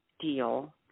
deal